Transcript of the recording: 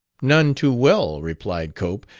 none too well, replied cope.